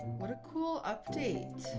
what a cool update.